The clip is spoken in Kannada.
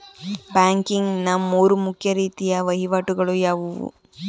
ಬ್ಯಾಂಕಿಂಗ್ ನ ಮೂರು ಮುಖ್ಯ ರೀತಿಯ ವಹಿವಾಟುಗಳು ಯಾವುವು?